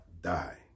die